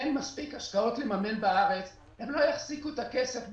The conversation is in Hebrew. אם אין מספיק השקעות לממן בארץ המוסדיים לא יחזיקו את הכסף במגירה,